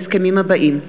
ההסכמים הבאים: